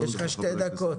יש לך שתי דקות.